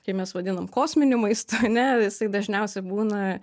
kaip mes vadinam kosminiu maistu ane jisai dažniausiai būna